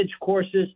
courses